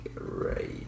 Right